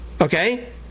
Okay